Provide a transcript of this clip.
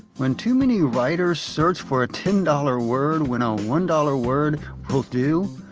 when too many writers search for a ten-dollar word when a one-dollar word will do,